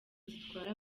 zitwara